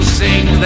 sing